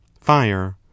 fire